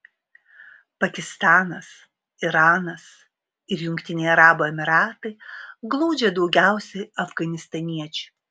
pakistanas iranas ir jungtiniai arabų emyratai glaudžia daugiausiai afganistaniečių